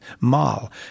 Mal